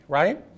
right